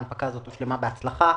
ההנפקה הזאת הסתיימה בהצלחה.